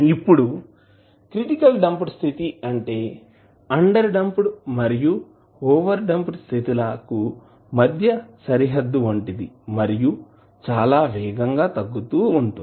ఇప్పుడు critical damped స్థితి అంటే అండర్ డాంప్డ్ మరియు ఓవర్ డంప్ స్థితులకు మధ్య సరిహద్దు వంటిది మరియు చాలా వేగంగా తగ్గుతూ ఉంటుంది